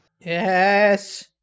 Yes